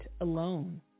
alone